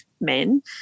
men